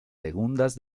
segundas